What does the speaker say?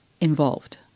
involved